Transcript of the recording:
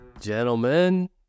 Gentlemen